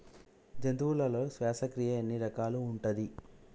జంతువులలో శ్వాసక్రియ ఎన్ని రకాలు ఉంటది?